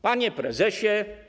Panie Prezesie!